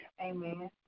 Amen